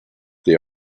the